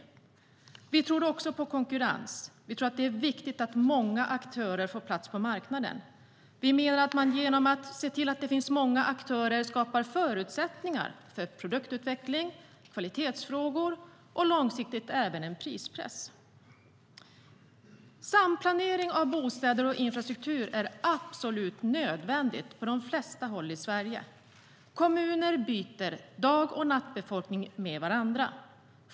Samplanering av bostäder och infrastruktur är absolut nödvändigt på de flesta håll i Sverige. Kommuner byter dag och natt befolkning med varandra.